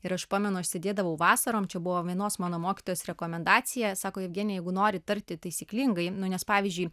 ir aš pamenu aš sėdėdavau vasarom čia buvo vienos mano mokytojos rekomendacija sako jevgenija jeigu nori tarti taisyklingai nes pavyzdžiui